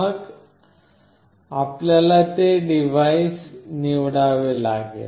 मग आपल्याला ते डिव्हाइस निवडावे लागेल